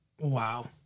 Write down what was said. Wow